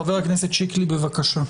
חבר הכנסת שיקלי, בבקשה.